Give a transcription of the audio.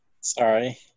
Sorry